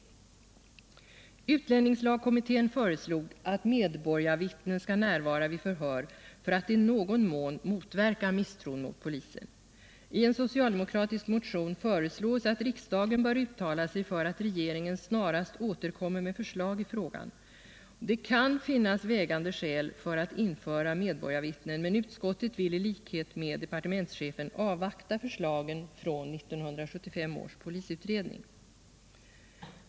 Utlänningslagkommittén föreslog att medborgarvittnen skall närvara vid förhör för att i någon mån motverka misstro mot polisen. I en socialdemokratisk motion föreslås nu att riksdagen uttalar sig för att regeringen snarast återkommer med förslag i frågan. Det kan finnas vägande skäl för att införa medborgarvittnen, men utskottet vill i likhet med departementschefen avvakta förslagen från 1975 års polisutredning.